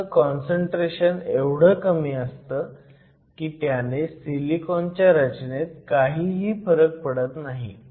ह्याचं काँसंट्रेशन एवढं कमी असतं की त्याने सिलिकॉनच्या रचनेत काहीही फरक पडत नाही